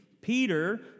Peter